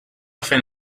fent